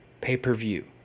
Pay-per-view